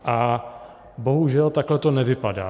A bohužel takhle to nevypadá.